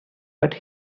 but